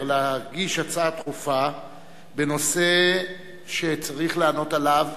להגיש הצעה דחופה בנושא שצריך לענות עליו